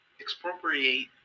expropriate